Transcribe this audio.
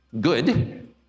good